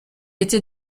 été